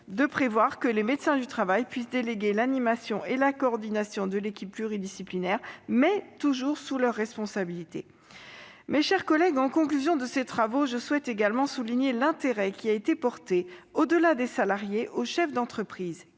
enfin, aux médecins du travail la possibilité de déléguer l'animation et la coordination de l'équipe pluridisciplinaire, laquelle reste toutefois toujours sous leur responsabilité. Mes chers collègues, en conclusion de ces travaux, je souhaite également souligner l'intérêt qui a été porté, au-delà des salariés, aux chefs d'entreprise